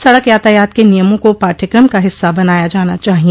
सड़क यातायात के नियमों को पाठ्यकम का हिस्सा बनाया जाना चाहिए